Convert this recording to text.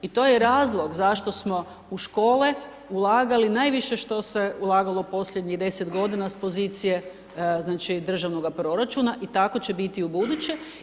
I to je razlog zašto smo u škole ulagali najviše što se ulagalo posljednjih 10 godina s pozicije znači državnoga proračuna i tako će biti ubuduće.